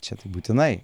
čia tai būtinai